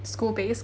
school based